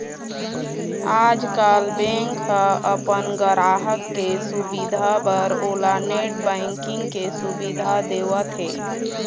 आजकाल बेंक ह अपन गराहक के सुबिधा बर ओला नेट बैंकिंग के सुबिधा देवत हे